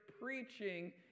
preaching